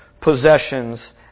possessions